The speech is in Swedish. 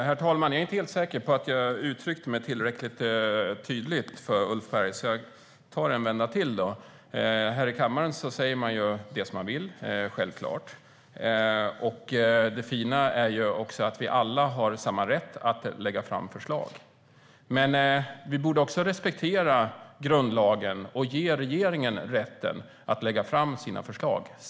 Herr talman! Jag är inte helt säker på att jag uttryckte mig tillräckligt tydligt för Ulf Berg. Jag tar en vända till. Här i kammaren säger man det man vill. Det är självklart. Det fina är att vi alla har samma rätt att lägga fram förslag. Men vi borde också respektera grundlagen och ge regeringen rätten att lägga fram sina förslag.